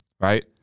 right